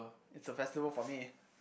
it's a festival for me